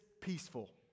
peaceful